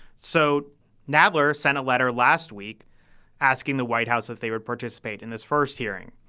so nadler sent a letter last week asking the white house if they would participate in this first hearing.